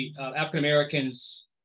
African-Americans